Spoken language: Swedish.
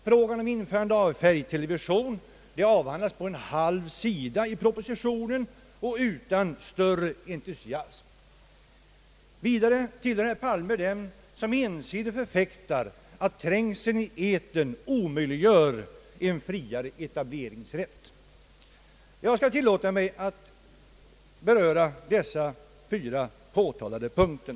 Frågan om införande av färgtelevisionen avhandlas på en halv sida i propositionen och utan större entusi asm. Vidare tillhör herr Palme dem som ensidigt förfäktar att trängseln i etern omöjliggör en friare etableringsrätt. Jag skall tillåta mig att beröra dessa fyra påtalade punkter.